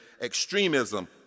extremism